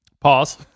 Pause